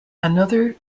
another